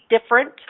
different